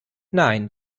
nein